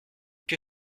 que